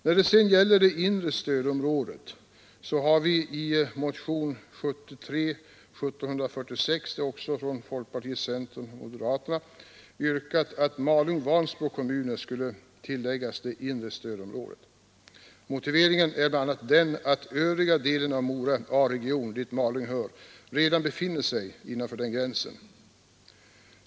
När det gäller inre stödområdet har vi i motionen 1746 år 1973 — också den från folkpartiet, centern och moderaterna — yrkat att Malungs och Vansbro kommuner skulle tilläggas det inre stödområdet. Motiveringen är bl.a. att övriga delar av Mora A-regionen, dit Malung hör, redan befinner sig innanför den gränsen.